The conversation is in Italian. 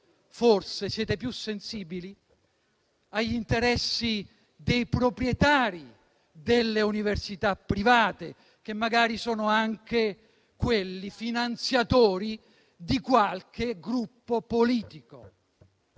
forse siete più sensibili agli interessi dei proprietari delle università private, che magari sono anche finanziatori di qualche vostro Gruppo politico.